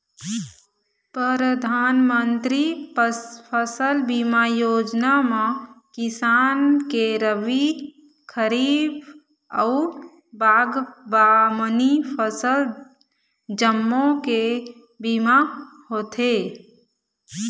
परधानमंतरी फसल बीमा योजना म किसान के रबी, खरीफ अउ बागबामनी फसल जम्मो के बीमा होथे